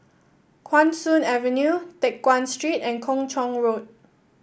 Guan Soon Avenue Teck Guan Street and Kung Chong Road